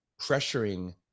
pressuring